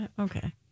Okay